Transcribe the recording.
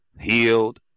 healed